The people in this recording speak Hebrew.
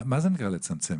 מה זה נקרא לצמצם?